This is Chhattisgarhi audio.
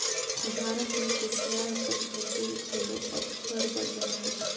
भारत में कुसियार कर फसिल घलो अब्बड़ बगरा होथे